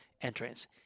entrance